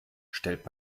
stellt